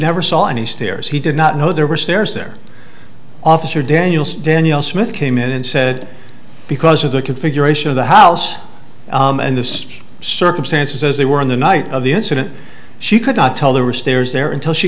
never saw any stairs he did not know there were stairs there officer daniels danielle smith came in and said because of the configuration of the house and this circumstances as they were on the night of the incident she could not tell there were stairs there until she